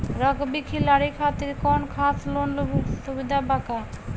Rugby खिलाड़ी खातिर कौनो खास लोन सुविधा बा का?